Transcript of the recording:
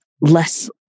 less